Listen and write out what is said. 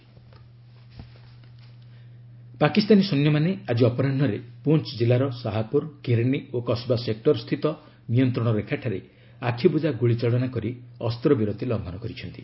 ceasefire violation Pakistani ସୈନ୍ୟମାନେ ଆଜି ଅପରାହ୍ନରେ ପୁଞ୍ଚ କିଲ୍ଲାର ସାହାପୁର କିରନୀ ଓ କସବା ସେକୂର ସ୍ଥିତ ନିୟନ୍ତ୍ରଣ ରେଖାରେ ଆଖିବୁକ୍ତା ଗୁଳି ଚାଳନା କରି ଅସ୍ତ୍ରବିରତି ଲଙ୍ଘନ କରିଛନ୍ତି